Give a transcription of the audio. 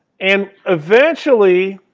and eventually,